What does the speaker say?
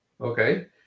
okay